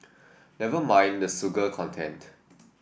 never mind the sugar content